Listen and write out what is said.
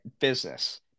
business